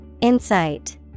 Insight